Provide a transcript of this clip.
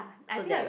ah I think I got